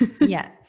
Yes